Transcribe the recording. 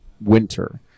winter